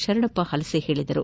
ಶರಣಪ್ಪ ಪಲಸೆ ಹೇಳಿದರು